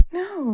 no